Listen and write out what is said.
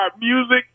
music